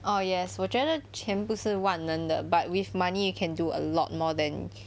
oh yes 我觉得钱不是万能的 but with money you can do a lot more than